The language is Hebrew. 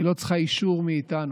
היא לא צריכה אישור מאיתנו.